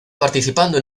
participando